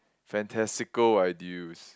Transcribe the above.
fantastical ideals